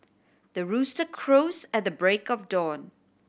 the rooster crows at the break of dawn